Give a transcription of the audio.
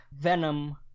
venom